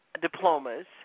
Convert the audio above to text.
diplomas